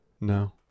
No